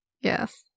Yes